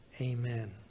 Amen